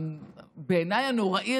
הנורא בעיניי,